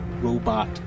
robot